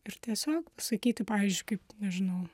ir tiesiog pasakyti pavyzdžiui kaip nežinau